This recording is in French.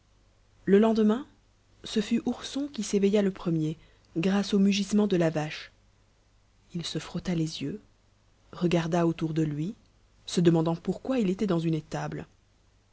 le lendemain ce fut ourson qui s'éveilla le premier grâce au mugissement de la vache il se frotta les yeux regarda autour de lui se demandant pourquoi il était dans une étable